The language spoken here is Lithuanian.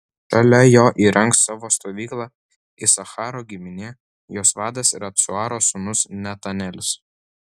šalia jo įrengs savo stovyklą isacharo giminė jos vadas yra cuaro sūnus netanelis